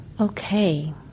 Okay